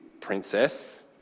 princess